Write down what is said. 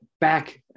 back